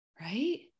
Right